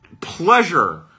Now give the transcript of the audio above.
pleasure